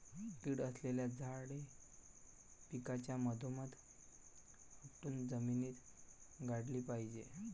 कीड असलेली झाडे पिकाच्या मधोमध उपटून जमिनीत गाडली पाहिजेत